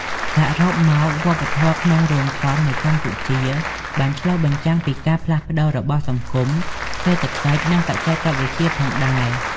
សរុបមក វប្បធម៌ក្នុងរោងកុននៅកម្ពុជាបានឆ្លុះបញ្ចាំងពីការផ្លាស់ប្ដូររបស់សង្គម សេដ្ឋកិច្ច និងបច្ចេកវិទ្យាផងដែរ ។